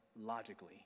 logically